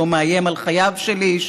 לא מאיים על חייו של איש,